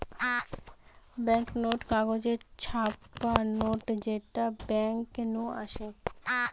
bank note কাগজে ছাপা note যেটা বেঙ্ক নু আসে